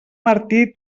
martí